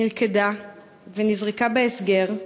נלכדה ונזרקה בהסגר.